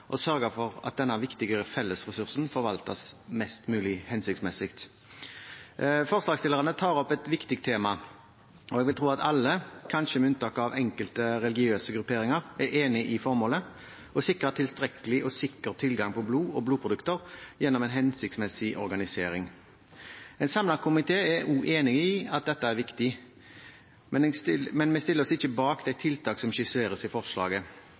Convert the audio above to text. å sørge for at denne viktige fellesressursen forvaltes mest mulig hensiktsmessig. Forslagsstillerne tar opp et viktig tema, og jeg vil tro at alle, kanskje med unntak av enkelte religiøse grupperinger, er enig i formålet: å sikre tilstrekkelig og sikker tilgang på blod og blodprodukter gjennom en hensiktsmessig organisering. En samlet komité er enig i at dette er viktig, men vi stiller oss ikke bak de tiltak som skisseres i forslaget.